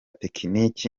tekiniki